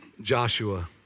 Joshua